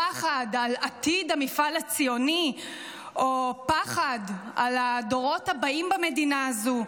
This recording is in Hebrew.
פחד על עתיד המפעל הציוני או פחד על הדורות הבאים במדינה הזו,